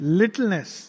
littleness